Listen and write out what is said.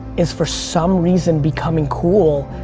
is for some reason becoming cool.